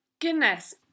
Goodness